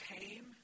came